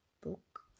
book